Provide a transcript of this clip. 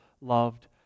loved